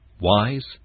wise